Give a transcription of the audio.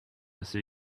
esse